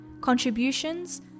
contributions